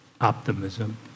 optimism